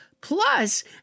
Plus